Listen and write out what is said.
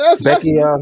Becky